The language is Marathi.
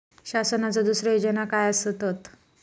शासनाचो दुसरे योजना काय आसतत?